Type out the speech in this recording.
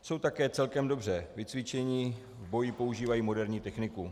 Jsou také celkem dobře vycvičeni, v boji používají moderní techniku.